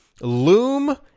Loom